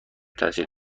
تاثیر